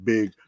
Big